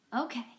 Okay